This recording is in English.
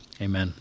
Amen